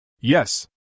Yes